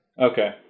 Okay